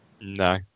No